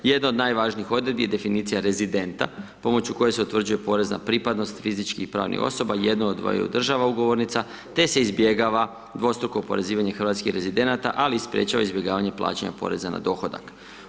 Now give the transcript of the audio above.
Jedno od najvažnijih odredbi je definicija rezidenta pomoću koje se utvrđuje porezna pripadnost fizičkih i pravnih osoba, jedno od dvaju država ugovornica, te se izbjegava dvostruko oporezivanje hrvatskih rezidenata, ali i sprječava izbjegavanje plaćanja poreza na dohodak.